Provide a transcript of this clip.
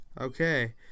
Okay